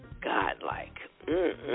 God-like